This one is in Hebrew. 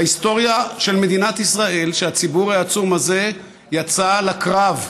בהיסטוריה של מדינת ישראל הציבור העצום הזה יצא לקרב,